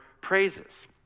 praises